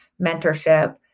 mentorship